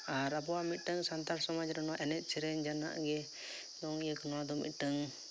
ᱟᱨ ᱟᱵᱚᱣᱟᱜ ᱢᱤᱫᱴᱟᱹᱝ ᱥᱟᱱᱛᱟᱲ ᱥᱚᱢᱟᱡᱽ ᱨᱮ ᱱᱚᱣᱟ ᱮᱱᱮᱡ ᱥᱮᱨᱮᱧ ᱡᱟᱦᱟᱱᱟᱜ ᱜᱮ ᱱᱚᱣᱟ ᱫᱚ ᱢᱤᱫᱴᱟᱹᱝ